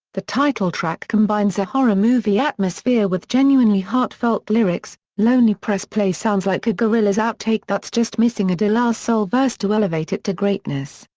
the title track combines a horror movie atmosphere with genuinely heartfelt lyrics, lonely press play sounds like a gorillaz outtake that's just missing a de la soul verse to elevate it to greatness,